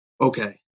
Okay